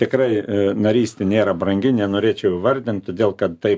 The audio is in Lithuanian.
tikrai narystė nėra brangi nenorėčiau įvardint todėl kad tai